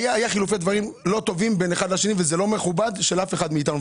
היו חילופי דברים לא טובים בין אחד לשני וזה לא מכובד לאף אחד מאיתנו.